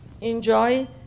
enjoy